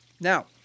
now